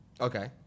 Okay